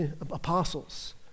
apostles